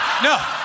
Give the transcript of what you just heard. No